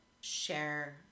share